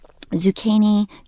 zucchini